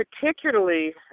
particularly